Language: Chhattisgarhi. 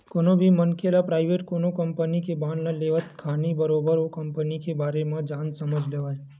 कोनो भी मनखे ल पराइवेट कोनो कंपनी के बांड ल लेवत खानी बरोबर ओ कंपनी के बारे म जान समझ लेवय